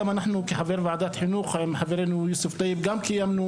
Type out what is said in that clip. כחבר ועדת חינוך ועם חברנו יוסף טייב גם קיימנו